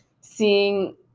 seeing